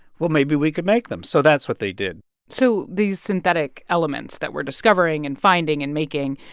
well, maybe we could make them. so that's what they did so these synthetic elements that we're discovering and finding and making,